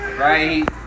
Right